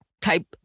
type